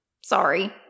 sorry